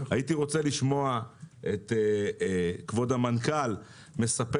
הייתי רוצה לשמוע את כבוד המנכ"ל מספר